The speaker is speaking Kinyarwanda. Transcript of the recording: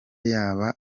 yaba